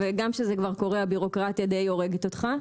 גם כשזה כבר קורה, הבירוקרטיה די הורגת אותך.